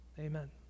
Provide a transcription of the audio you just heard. Amen